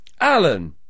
Alan